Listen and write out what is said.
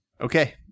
Okay